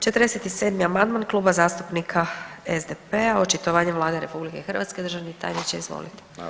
47. amandman Kluba zastupnika SDP-a, očitovanje Vlade RH, državni tajniče, izvolite.